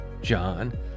John